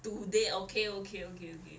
today okay okay okay okay